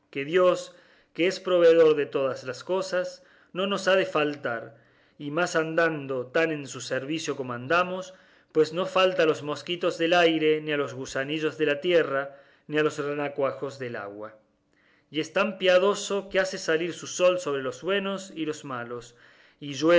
dios que es proveedor de todas las cosas no nos ha de faltar y más andando tan en su servicio como andamos pues no falta a los mosquitos del aire ni a los gusanillos de la tierra ni a los renacuajos del agua y es tan piadoso que hace salir su sol sobre los buenos y los malos y